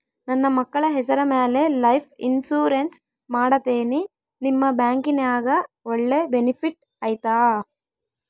ನನ್ನ ಮಕ್ಕಳ ಹೆಸರ ಮ್ಯಾಲೆ ಲೈಫ್ ಇನ್ಸೂರೆನ್ಸ್ ಮಾಡತೇನಿ ನಿಮ್ಮ ಬ್ಯಾಂಕಿನ್ಯಾಗ ಒಳ್ಳೆ ಬೆನಿಫಿಟ್ ಐತಾ?